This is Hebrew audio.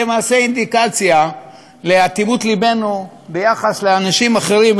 היא למעשה אינדיקציה לאטימות לבנו כלפי אנשים אחרים,